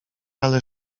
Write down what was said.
ale